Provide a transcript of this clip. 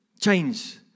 change